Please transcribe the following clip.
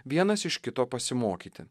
vienas iš kito pasimokyti